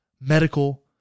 medical